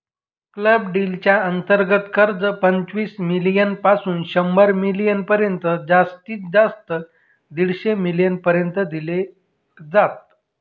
club deal च्या अंतर्गत कर्ज, पंचवीस मिलीयन पासून शंभर मिलीयन पर्यंत जास्तीत जास्त दीडशे मिलीयन पर्यंत दिल जात